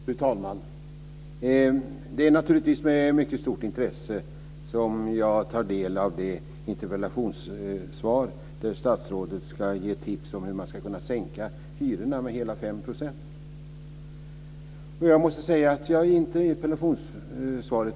Fru talman! Det är naturligtvis med mycket stort intresse jag tar del av interpellationssvaret, där statsrådet ska ge tips om hur hyrorna ska sänkas med hela Jag har inte hittat sanningen i interpellationssvaret.